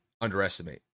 underestimate